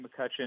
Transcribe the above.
McCutcheon